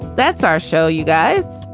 that's our show, you guys.